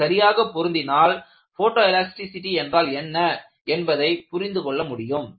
இது சரியாகப் பொருந்தினால் போட்டோ எலாஸ்டிசிடி என்றால் என்ன என்பதை புரிந்துகொள்ள முடியும்